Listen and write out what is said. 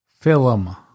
Film